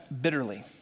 bitterly